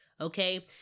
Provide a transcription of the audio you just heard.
okay